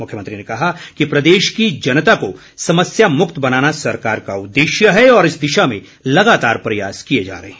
मुख्यमंत्री ने कहा कि प्रदेश की जनता को समस्यामुक्त बनाना सरकार का उद्देश्य है और इस दिशा में लगातार प्रयास किए जा रहे हैं